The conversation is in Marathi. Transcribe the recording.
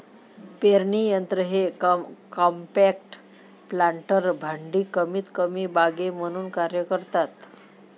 पेरणी यंत्र हे कॉम्पॅक्ट प्लांटर भांडी कमीतकमी बागे म्हणून कार्य करतात